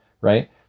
right